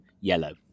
yellow